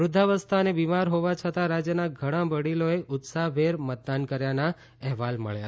વૃધ્ધાવસ્થા અને બીમાર હોવા છતાં રાજયના ઘણા વડીલોએ ઉત્સાહભેર મતદાન કર્યાના અહેવાલ છે